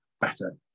better